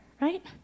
right